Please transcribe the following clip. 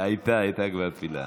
הייתה כבר התפילה.